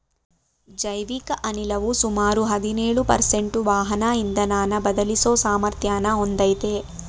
ಜೈವಿಕ ಅನಿಲವು ಸುಮಾರು ಹದಿನೇಳು ಪರ್ಸೆಂಟು ವಾಹನ ಇಂಧನನ ಬದಲಿಸೋ ಸಾಮರ್ಥ್ಯನ ಹೊಂದಯ್ತೆ